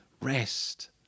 rest